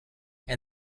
and